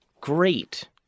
great